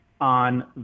on